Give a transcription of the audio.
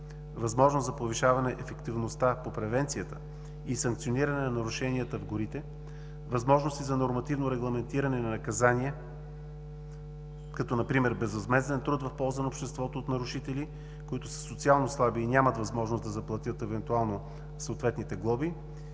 възможност за повишаване ефективността по превенцията и санкциониране на нарушенията в горите; възможности за нормативно регламентиране на наказание, като например безвъзмезден труд на нарушители в полза на обществото, които са социално слаби и нямат възможност евентуално да заплатят съответните глоби,